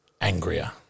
angrier